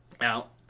Out